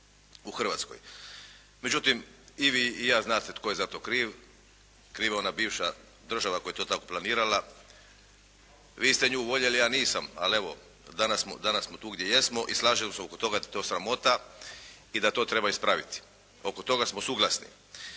u Hrvatskoj. Međutim i vi i ja znate tko je za to kriv, kriva je ona bivša država koja je to tako planirala. Vi ste nju voljeli, ja nisam, ali evo danas smo tu gdje jesmo i slažemo se oko toga da je to sramota i da to treba ispraviti. Oko toga smo suglasni.